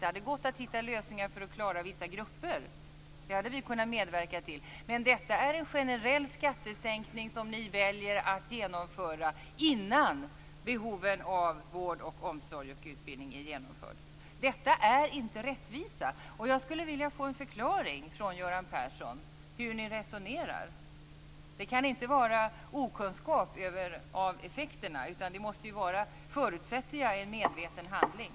Det hade gått att hitta lösningar för att klara vissa grupper - det hade vi kunnat medverka till. Det är en generell skattesänkning som ni väljer att genomföra, innan behoven av vård, omsorg och utbildning är tillgodosedda. Detta är inte rättvisa. Jag skulle vilja få en förklaring från Göran Persson till hur ni resonerar. Det kan inte vara okunskap om effekterna, utan jag förutsätter att det måste vara en medveten handling.